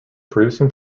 producing